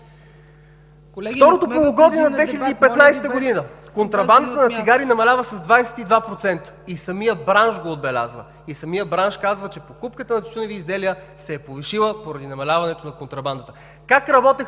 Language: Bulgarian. второто полугодие на 2015 г. контрабандата на цигари намалява с 22%. Самият бранш го отбелязва. Самият бранш казва, че покупката на тютюневи изделия се е повишила поради намаляването на контрабандата.